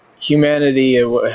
humanity